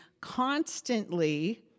constantly